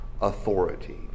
authority